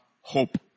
hope